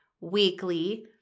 weekly